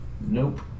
Nope